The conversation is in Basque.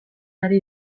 ari